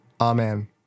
Amen